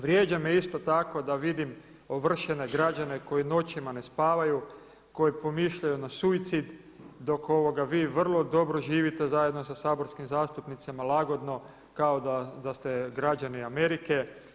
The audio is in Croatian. Vrijeđa me isto tako da vidim ovršene građane koji noćima ne spavaju, koji pomišljaju na suicid dok vi vrlo dobro živite zajedno sa saborskim zastupnicima, lagodno kao da ste građani Amerike.